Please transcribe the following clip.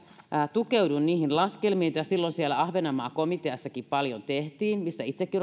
tukeudun niihin laskelmiin mitä silloin siellä halosen johtamassa ahvenanmaa komiteassakin paljon tehtiin missä itsekin